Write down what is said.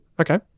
Okay